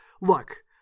look